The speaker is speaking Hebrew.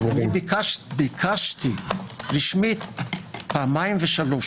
ביקשתי רשמית פעמיים ושלוש